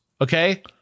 Okay